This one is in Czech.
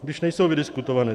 Když nejsou vydiskutované.